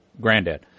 granddad